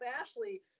Ashley